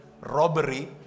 robbery